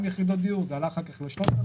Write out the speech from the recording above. יחידות דיור זה עלה אחר כך ל-3,000,